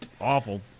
awful